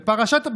וארא.